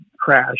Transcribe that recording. crash